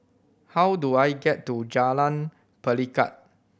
how do I get to Jalan Pelikat